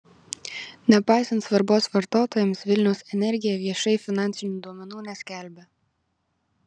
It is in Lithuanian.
nepaisant svarbos vartotojams vilniaus energija viešai finansinių duomenų neskelbia